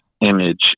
image